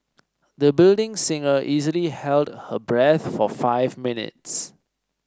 the budding singer easily held her breath for five minutes